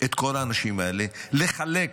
את כל האנשים האלה, לחלק